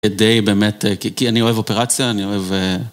כדי באמת, כי אני אוהב אופרציה, אני אוהב...